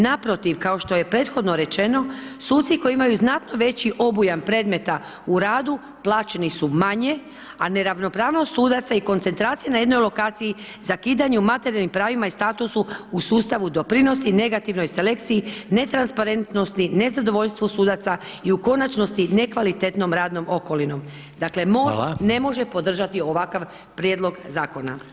Naprotiv, kao što je prethodno rečeno, suci koji imaju znatno veći obujam predmeta u radu, plaćeni su manje, a neravnopravnost sudaca i koncentracija na jednoj lokaciji na jednoj lokaciji, zakidanju materijalnim pravima i statusu u sustavu doprinosi negativnoj selekciji, netransparentnosti, nezadovoljstvu sudaca i u konačnosti, nekvalitetnom radnom okolinom [[Upadica: Hvala.]] Dakle, MOST ne može podržati ovakav prijedlog zakona.